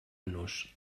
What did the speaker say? nos